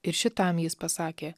ir šitam jis pasakė